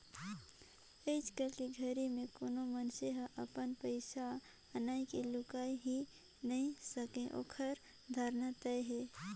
आयज के घरी मे कोनो मइनसे हर अपन पइसा अनई के लुकाय ही नइ सके ओखर धराना तय अहे